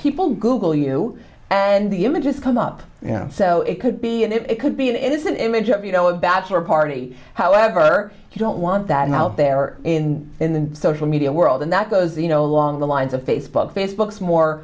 people google you and the images come up you know so it could be and it could be an innocent image of you know a bachelor party however you don't want that out there in in the social media world and that goes you know along the lines of facebook facebook's more